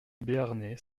béarnais